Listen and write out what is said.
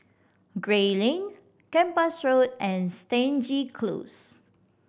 Gray Lane Kempas Road and Stangee Close